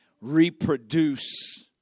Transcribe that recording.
reproduce